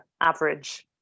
average